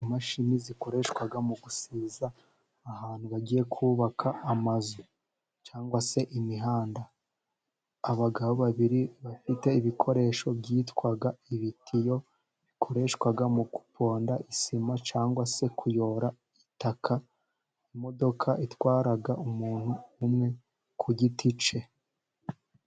Imashini zikoreshwa mu gusiza ahantu bagiye kubaka amazu, cyangwa se imihanda. Abagabo babiri bafite ibikoresho byitwa ibitiyo bikoreshwa mu guponda isima, cyangwa se kuyora itaka, imodoka itwara umuntu umwe ku giti ke.